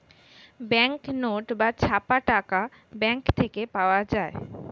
bank note বা ছাপা টাকা ব্যাঙ্ক থেকে পাওয়া যায়